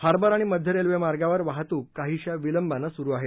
harbour आणि मध्य railway मार्गावर वाहतूक काहीशा विलंबानं सुरु आहे